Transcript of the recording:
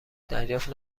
دریافت